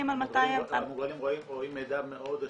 על מתי --- המוגרלים רואים מידע מאוד עשיר,